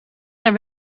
naar